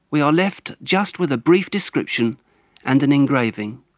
we are left just with a brief description and an engraving.